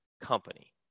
company